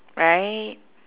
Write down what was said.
right